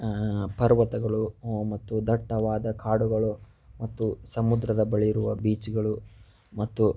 ಪರ್ವತಗಳು ಮತ್ತು ದಟ್ಟವಾದ ಕಾಡುಗಳು ಮತ್ತು ಸಮುದ್ರದ ಬಳಿಯಿರುವ ಬೀಚ್ಗಳು ಮತ್ತು